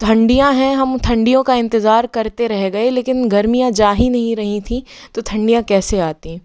ठंडियां है हम ठंडियों का इंतज़ार करते रह गए लेकिन गर्मियाँ जा ही नहीं रही थी तो ठंडियां कैसे आती